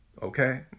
Okay